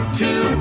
two